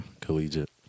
Collegiate